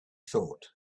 thought